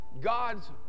God's